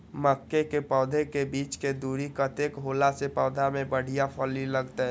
मके के पौधा के बीच के दूरी कतेक होला से पौधा में बढ़िया फली लगते?